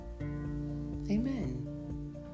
Amen